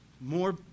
more